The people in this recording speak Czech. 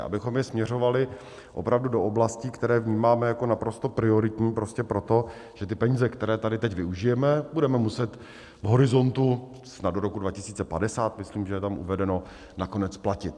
Abychom je směřovali opravdu do oblastí, které vnímáme jako naprosto prioritní, prostě proto, že ty peníze, které tady teď využijeme, budeme muset v horizontu snad do roku 2050 myslím, že je tam uvedeno, nakonec splatit.